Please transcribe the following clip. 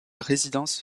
résidence